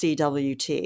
CWT